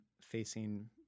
facing